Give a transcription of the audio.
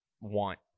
want